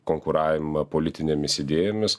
konkuravimą politinėmis idėjomis